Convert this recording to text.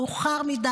מאוחר מדי.